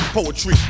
poetry